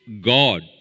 God